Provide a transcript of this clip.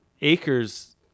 acres